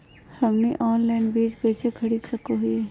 हमनी ऑनलाइन बीज कइसे खरीद सको हीयइ?